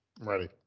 Ready